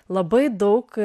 labai daug